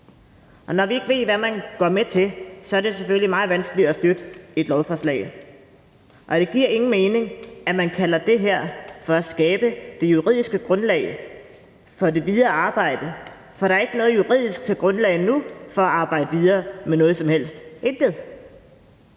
Når vi ikke ved, hvad man går med til, er det selvfølgelig meget vanskeligt at støtte et lovforslag. Og det giver ingen mening, at man kalder det her for at skabe det juridiske grundlag for det videre arbejde, for der er ikke noget juridisk grundlag nu for at arbejde videre med noget som helst – intet.